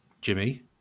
Jimmy